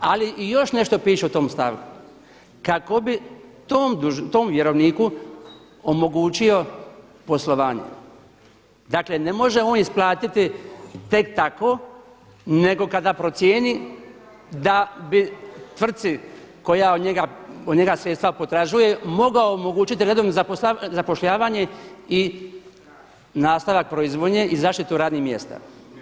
Ali i još nešto piše u tom stavku, kako bi tom vjerovniku omogućio poslovanje, dakle ne može on isplatiti tek tako nego kada procijeni da bi tvrci koja od njega sredstva potražuje mogao omogućiti redovno zapošljavanje i nastavak proizvodnje i zaštitu ranih mjesta.